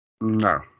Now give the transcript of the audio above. No